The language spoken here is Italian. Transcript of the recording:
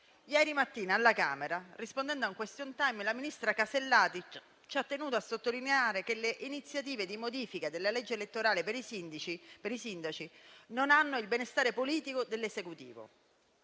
Ieri mattina, alla Camera, rispondendo a un *question time,* il ministro Casellati ha tenuto a sottolineare che le iniziative di modifica della legge elettorale per i sindaci non hanno il benestare politico dell'Esecutivo.